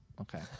okay